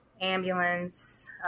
ambulance